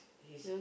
his